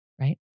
right